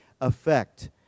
effect